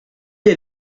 est